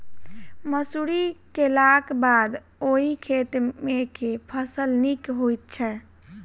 मसूरी केलाक बाद ओई खेत मे केँ फसल नीक होइत छै?